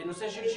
בנושא של שיקום.